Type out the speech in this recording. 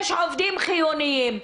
יש עובדים חיוניים.